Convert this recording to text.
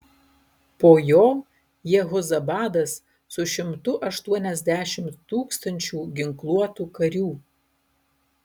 po jo jehozabadas su šimtu aštuoniasdešimt tūkstančių ginkluotų karių